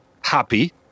happy